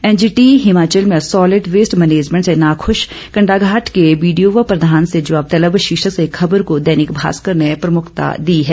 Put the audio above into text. NGT Himachal में solid waste management से नाखुश कंडाघाट के बीडीओ व प्रधान से जवाब तलब शीर्षक से खबर को दैनिक भास्कर ने प्रमुखता दी है